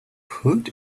put